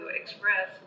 express